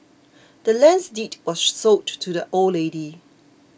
the land's deed was sold to the old lady